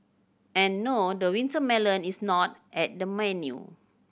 and no the winter melon is not at the menu